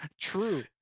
true